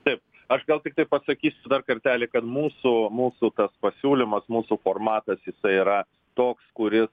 taip aš gal tiktai pasakysiu dar kartelį kad mūsų mūsų tas pasiūlymas mūsų formatas jisai yra toks kuris